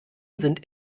sind